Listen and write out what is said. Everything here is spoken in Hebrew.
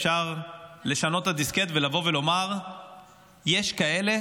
אפשר לשנות את הדיסקט ולומר: יש כאלה